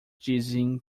dizem